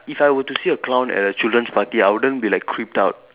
if I were to see a clown at a children's party I wouldn't be like creeped out